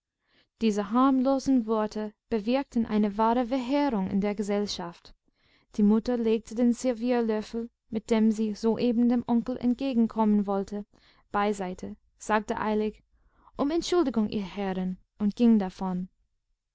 diese harmlosen worte bewirkten eine wahre verheerung in der gesellschaft die mutter legte den servierlöffel mit dem sie soeben dem onkel entgegenkommen wollte beiseite sagte eilig um entschuldigung ihr herren und ging davon